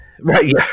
right